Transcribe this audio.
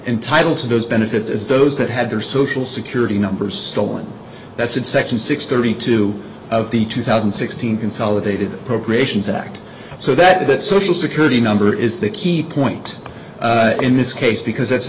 in title to those benefits as those that had their social security number stolen that's in section six thirty two of the two thousand and sixteen consolidated appropriations act so that that social security number is the key point in this case because